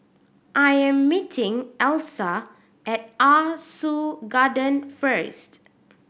I'm meeting Elsa at Ah Soo Garden first